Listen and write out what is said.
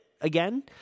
again